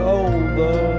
over